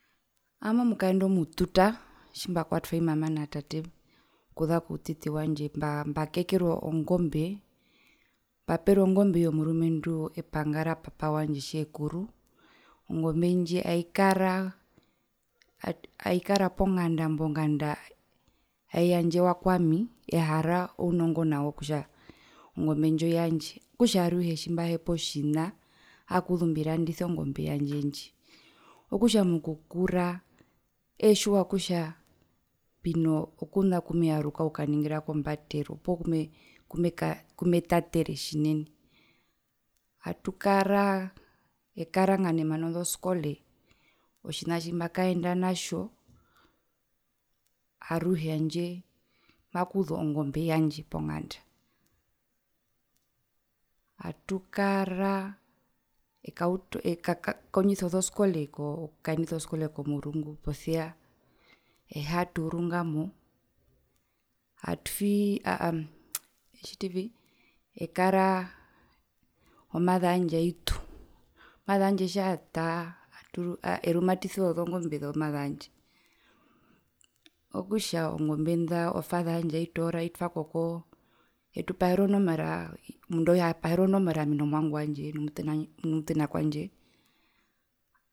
Ami omukaendu omututa tjimbakwatwa i mama na tate okuza koutiti wandje mbaa mbakekerwa ongombe mbaperwe ongombe iyo murumendu epanga ra papa wandje tjeekuru ongombe aikara aikara ponganda nganda aiyandjewa kwami nganda ehara ounongo kutja ongombe ndji oyandje okutja aruhe tjimbahepa otjina aakuzu mbirandise ongombe yandje ndji okutja mokukura eetjiwa kutja mbino kona kumeyaruka okukaningirako mbatero poo kumekaa kumetatere tjinene atukara ekara nganda emana ozoskole otjina tji mbakaenda natjo aruhe handje makuza ongombe yandje ponganda atukara ekauta eka kondjisa ozoskole koo kukaendisa oskole komurungu posia ehaa tuurungamo atwii aaa etjitivi, ekara omother yandje aitu, o mother yandje tjiyata erumatisiwa ozongombe zo mother yandje okutja ozongombe nda o father yandje aitoora aitwako koo etupahere onomora omundu auhe apaherwa onomora ami nomwangu wandje nomutena kwandje.